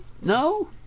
no